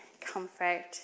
comfort